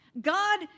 God